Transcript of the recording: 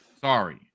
Sorry